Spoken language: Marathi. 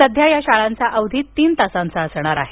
सध्या या शाळांचा अवधी तीन तासांचा असणार आहे